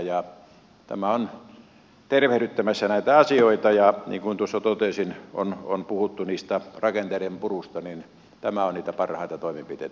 tämä on tervehdyttämässä näitä asioita ja niin kuin tuossa totesin kun on puhuttu niistä rakenteiden purusta niin tämä on niitä parhaita toimenpiteitä sille